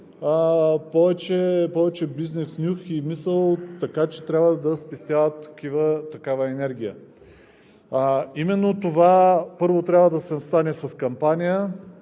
повече бизнес нюх и мисъл, така че трябва да спестяват такава енергия. Именно това трябва да стане с кампания.